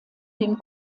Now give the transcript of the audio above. dem